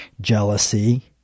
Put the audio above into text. jealousy